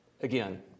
Again